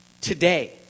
today